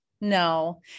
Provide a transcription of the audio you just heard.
No